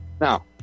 Now